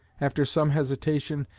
after some hesitation,